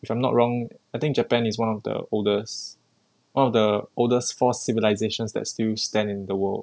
if I'm not wrong I think japan is one of the oldest one of the oldest force civilizations that still stand in the world